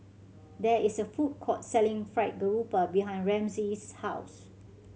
there is a food court selling Fried Garoupa behind Ramsey's house